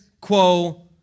quo